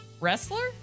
Wrestler